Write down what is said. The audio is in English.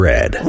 Red